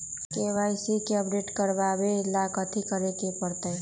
KYC के update करवावेला कथि करें के परतई?